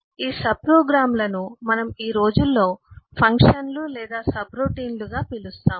ఈ సబ్ప్రోగ్రామ్లను మనం ఈ రోజుల్లో ఫంక్షన్లు లేదా సబ్రొటీన్లుగా పిలుస్తాము